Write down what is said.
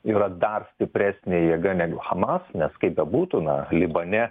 yra dar stipresnė jėga negu hamas nes kaip bebūtų na libane